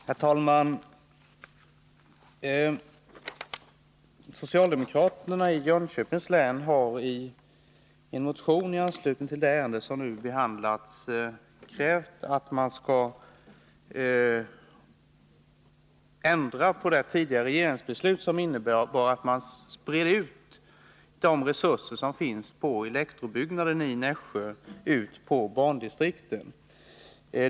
Herr talman! Socialdemokraterna i Jönköpings län har i en motion i anslutning till det ärende som nu behandlas krävt att man skall ändra på det tidigare regeringsbeslut som innebar att man spred de resurser som finns vid elektrobyggnaden i Nässjö ut på bandistrikten.